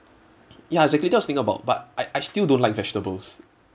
ya exactly that I was thinking about but I I still don't like vegetables